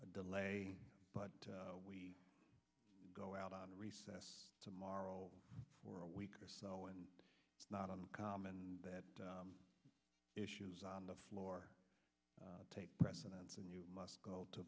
the delay but we go out on recess tomorrow for a week or so and it's not uncommon that issues on the floor take precedence and you must go to